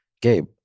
Gabe